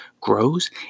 grows